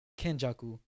Kenjaku